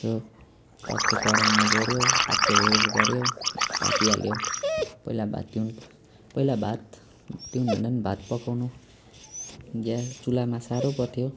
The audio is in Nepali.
यसो टक्कै करेन्टमा जोड्यो टक्कै हुरुरु गऱ्यो पाकिहाल्यो पहिला भात तिहुन पहिला भात तिहुनभन्दा नि भात पकाउनु ग्यास चुल्हामा साह्रो पर्थ्यो